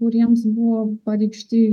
kuriems buvo pareikšti